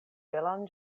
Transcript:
belan